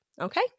okay